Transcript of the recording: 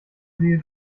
sie